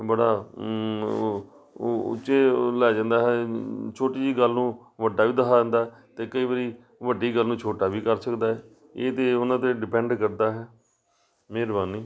ਬੜਾ ਉਹ ਉਹ ਉੱਚੇ ਲੈ ਜਾਂਦਾ ਹੈ ਛੋਟੀ ਜਿਹੀ ਗੱਲ ਨੂੰ ਵੱਡਾ ਵੀ ਦਿਖਾ ਦਿੰਦਾ ਅਤੇ ਕਈ ਵਾਰੀ ਵੱਡੀ ਗੱਲ ਨੂੰ ਛੋਟਾ ਵੀ ਕਰ ਸਕਦਾ ਇਹ ਤਾਂ ਉਹਨਾਂ 'ਤੇ ਡਿਪੈਂਡ ਕਰਦਾ ਹੈ ਮਿਹਰਬਾਨੀ